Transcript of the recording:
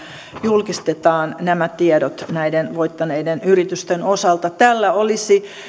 julkistetaan nämä tiedot näiden voittaneiden yritysten osalta tällä olisi